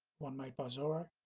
one made by zorro